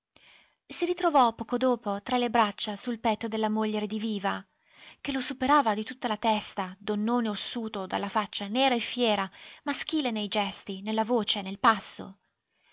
si ritrovò poco dopo tra le braccia sul petto della moglie rediviva che lo superava di tutta la testa donnone ossuto dalla faccia nera e fiera maschile nei gesti nella voce nel passo